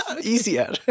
easier